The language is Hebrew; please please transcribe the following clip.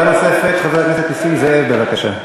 עמדה נוספת, חבר הכנסת נסים זאב, בבקשה.